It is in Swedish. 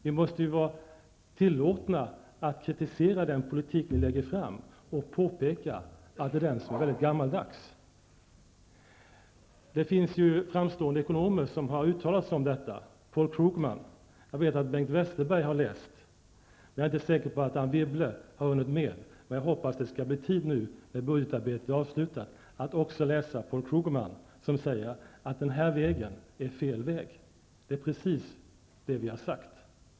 Vi måste ju vara tillåtna att kritisera den politik som regeringen lägger fram och påpeka att det är den som är mycket gammaldags. Det finns framstående ekonomer som har uttalat sig om detta, t.ex. Paul Krugman. Jag vet att Bengt Westerberg har läst honom, men jag är inte säker på att Anne Wibble har hunnit med det. Men jag hoppas att hon, nu när budgetarbetet är avslutat, skall få tid att läsa Paul Krugman, som säger att detta är fel väg. Och det är precis det som vi har sagt.